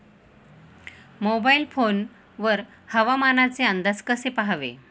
Mobile phone वर हवामानाचे अंदाज कसे पहावे?